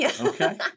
Okay